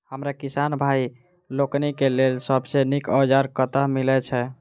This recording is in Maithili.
हमरा किसान भाई लोकनि केँ लेल सबसँ नीक औजार कतह मिलै छै?